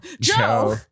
joe